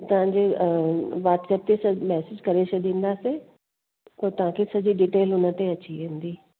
तव्हांजी वॉट्सप ते सॼो मेसेज करे छॾींदासीं पोइ तव्हांखे सॼी डिटेल हुन ते अची वेंदी